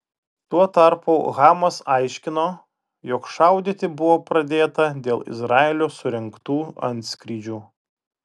tuo tarpu hamas aiškino jog šaudyti buvo pradėta dėl izraelio surengtų antskrydžių